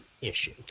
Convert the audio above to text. issue